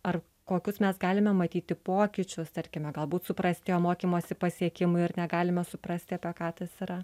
ar kokius mes galime matyti pokyčius tarkime galbūt suprastėjo mokymosi pasiekimai ar negalime suprasti apie ką tas yra